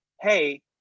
hey